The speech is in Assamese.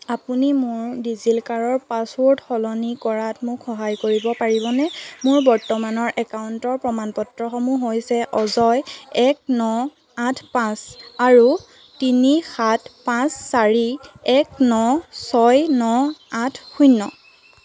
আপুনি মোৰ ডিজিলকাৰৰ পাছৱৰ্ড সলনি কৰাত মোক সহায় কৰিব পাৰিবনে মোৰ বৰ্তমানৰ একাউণ্টৰ প্ৰমাণ পত্ৰসমূহ হৈছে অজয় এক ন আঠ পাঁচ আৰু তিনি সাত পাঁচ চাৰি এক ন ছয় ন আঠ শূণ্য